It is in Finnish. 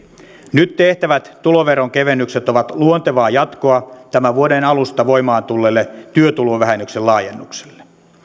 nyt tehtävät tuloveronkevennykset ovat luontevaa jatkoa tämän vuoden alusta voimaan tulleelle työtulovähennyksen laajennukselle